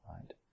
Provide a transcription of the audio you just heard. right